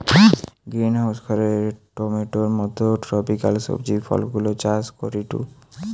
greenhouse ঘরে টমেটোর মত ট্রপিকাল সবজি ফলগুলা চাষ করিটু